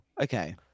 okay